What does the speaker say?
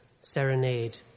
serenade